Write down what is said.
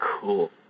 cool